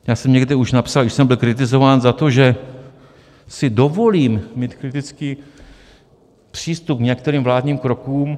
Já jsem někde už napsal, když jsem byl kritizován za to, že si dovolím mít kritický přístup k některým vládním krokům.